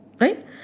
right